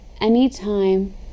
anytime